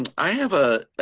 and i have a